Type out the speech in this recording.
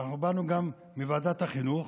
ואנחנו באנו גם מוועדת החינוך,